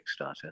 Kickstarter